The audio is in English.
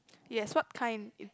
yes what kind